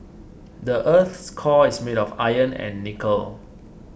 the earth's core is made of iron and nickel